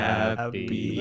Happy